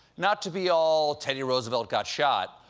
not to be all teddy roosevelt got shot,